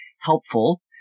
helpful